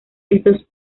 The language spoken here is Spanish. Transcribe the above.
estos